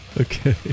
Okay